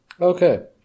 Okay